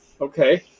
Okay